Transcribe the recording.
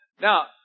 Now